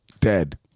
dead